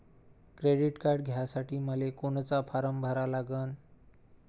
Credit card घ्यासाठी मले कोनचा फारम भरा लागन?